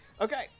Okay